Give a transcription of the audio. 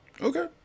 Okay